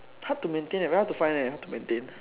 how to maintain leh very hard to find eh hard to maintain